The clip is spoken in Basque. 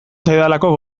zaidalako